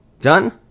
Done